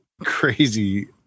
crazy